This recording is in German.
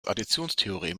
additionstheorem